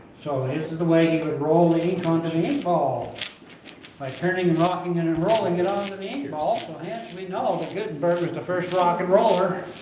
so this is the way he could roll the ink onto the ink ball by turning rocking and and rolling and ah we know gutenburg was the first rock and roller